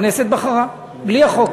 הכנסת בחרה בלי החוק,